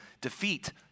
defeat